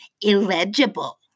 illegible